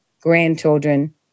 grandchildren